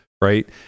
right